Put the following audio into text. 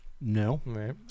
no